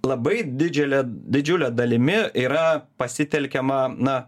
labai didžiule didžiule dalimi yra pasitelkiama na